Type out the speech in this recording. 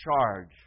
charge